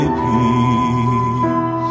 peace